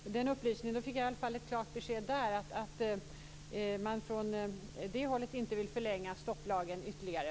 Fru talman! Jag tackar Kenneth Kvist för den upplysningen. Jag fick i varje fall ett klart besked att man från Vänsterpartiets sida inte vill förlänga stopplagen ytterligare.